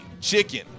chicken